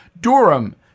Durham